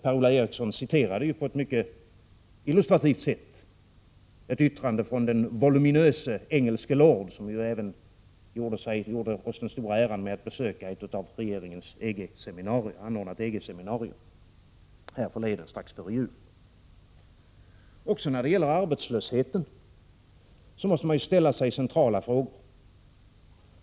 Per-Ola Eriksson citerade på ett mycket illustrativt sätt ett yttrande av den voluminöse engelske lord som gjort oss den stora äran att besöka ett av regeringen anordnat EG-seminarium strax före jul. Även när det gäller arbetslösheten måste vi ställa oss centrala frågor.